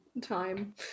time